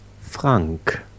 Frank